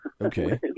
okay